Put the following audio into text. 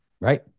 right